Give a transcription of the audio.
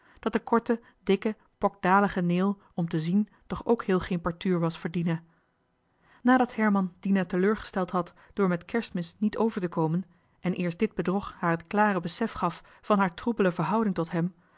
dat de korte dikke pokdalige neel om te zien toch ook heel geen partuur was voor dina nadat herman dina teleurgesteld had door met kerstmis niet over te komen en eerst dit bedrog haar het klare besef gaf van haar troebele verhouding tot hem